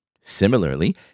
Similarly